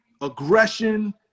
aggression